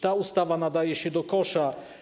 Ta ustawa nadaje się do kosza.